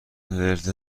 ورد